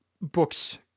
books